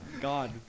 God